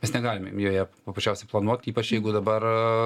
mes negalime joje paprasčiausiai planuot ypač jeigu dabar